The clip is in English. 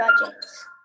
projects